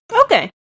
okay